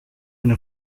una